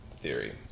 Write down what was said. theory